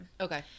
Okay